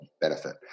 benefit